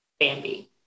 Bambi